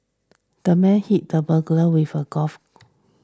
the man hit the burglar with a golf